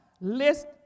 List